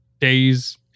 days